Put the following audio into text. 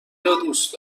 دوست